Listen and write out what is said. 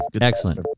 Excellent